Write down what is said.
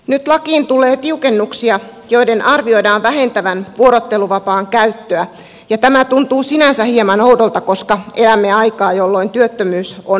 nyt lakiin tulee tiukennuksia joiden arvioidaan vähentävän vuorotteluvapaan käyttöä ja tämä tuntuu sinänsä hieman oudolta koska elämme aikaa jolloin työttömyys on nousussa